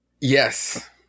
Yes